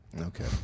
okay